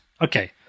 Okay